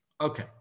Okay